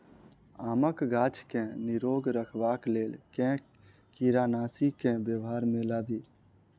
आमक गाछ केँ निरोग रखबाक लेल केँ कीड़ानासी केँ व्यवहार मे लाबी?